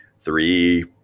three